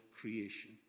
creation